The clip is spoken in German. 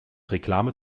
reklame